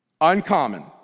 uncommon